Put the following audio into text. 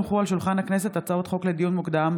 הצעות חוק לדיון מוקדם,